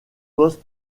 poste